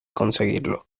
conseguirlo